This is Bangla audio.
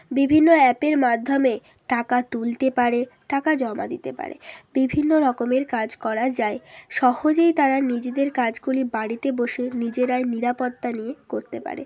বিভিন্ন অ্যাপের মাধ্যমে টাকা তুলতে পারে টাকা জমা দিতে পারে বিভিন্ন রকমের কাজ করা যায় সহজেই তারা নিজেদের কাজগুলি বাড়িতে বসে নিজেরাই নিরাপত্তা নিয়ে করতে পারে